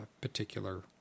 particular